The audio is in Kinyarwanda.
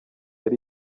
ari